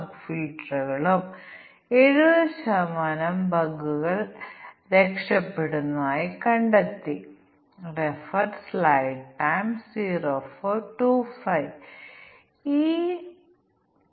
ഞങ്ങൾ മൂന്ന് combinatorial testing ടെക്നിക്കുകൾ നോക്കും തീരുമാന പട്ടിക അടിസ്ഥാനമാക്കിയുള്ള പരിശോധന കോസ് ഇഫക്റ്റ് ഗ്രാഫിംഗ് ജോഡി തിരിച്ചുള്ള പരിശോധന